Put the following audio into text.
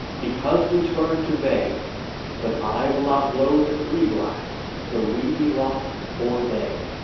because we turn to bay but i will not blow the three blasts, till we be lost or they.